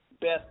best